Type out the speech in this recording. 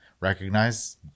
recognize